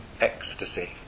ecstasy